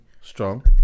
Strong